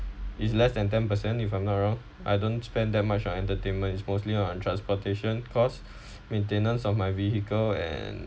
it's less than ten percent if I'm not wrong I don't spend that much on entertainment mostly is on transportation costs maintenance of my vehicle and